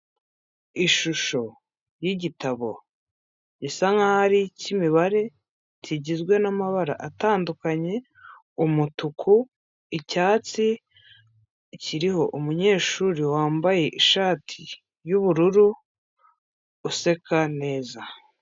Ishusho y'igitabo gisa nkaho aricy'imibare kigizwe n'amabara atandukanye:u mutuku, icyatsi, kiriho umunyeshuri wambaye ishati y'ubururu useka neza.